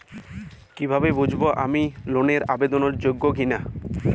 কীভাবে বুঝব আমি লোন এর আবেদন যোগ্য কিনা?